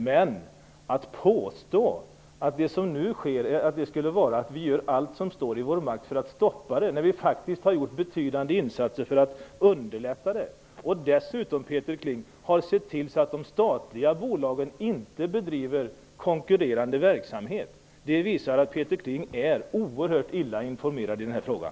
Men att påstå att vi gör allt som står i vår makt för att stoppa den när vi faktiskt har gjort betydande insatser för att underlätta den, och dessutom har sett till att de statliga bolagen inte bedriver konkurrerande verksamhet, visar att Peter Kling är oerhört illa informerad i den här frågan.